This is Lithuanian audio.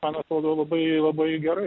man atrodo labai labai gerai